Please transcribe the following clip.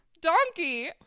Donkey